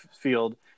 Field